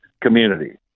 community